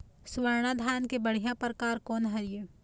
स्वर्णा धान के बढ़िया परकार कोन हर ये?